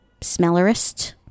smellerist